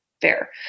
Fair